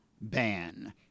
ban